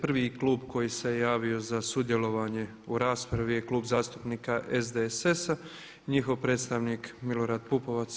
Prvi klub koji se javio za sudjelovanje u raspravi je Klub zastupnika SDSS-a i njihov predstavnik Milorad Pupovac.